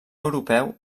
europeu